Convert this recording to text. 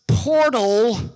Portal